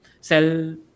sell